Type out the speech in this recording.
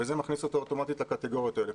וזה מכניס אותו אוטומטית לקטגוריות האלה.